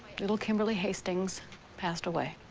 little kimberly hastings passed away.